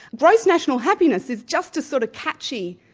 gross national happiness is just a sort of catchy,